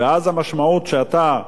ואז המשמעות היא שאתה,